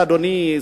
אדוני,